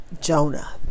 Jonah